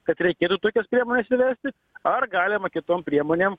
kad reikėtų tokias priemones įvesti ar galima kitom priemonėm